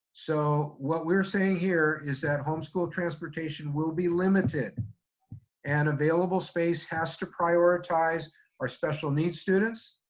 so what we're saying here is that homeschool transportation will be limited and available space has to prioritize our special needs students,